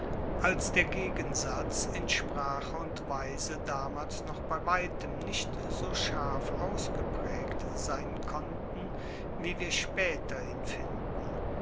als der gegensatz in sprache und weise damals noch bei weitem nicht so scharf ausgepraegt sein konnten wie wir spaeter ihn finden